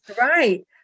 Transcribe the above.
right